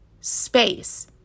space